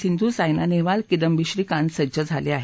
सिंधू सायना नेहवाल किदंबी श्रीकांत सज्ज झाले आहेत